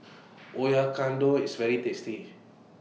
IS very tasty